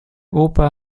opa